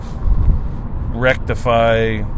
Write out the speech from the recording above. rectify